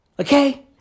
Okay